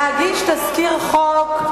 להגיש תזכיר חוק,